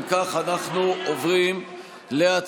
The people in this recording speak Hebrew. אם כך, אנחנו עוברים להצבעה.